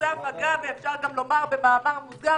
בנוסף, אגב, ואפשר גם לומר במאמר מוסגר,